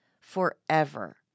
forever